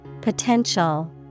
Potential